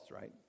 right